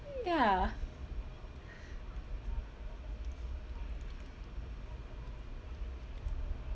y~ ya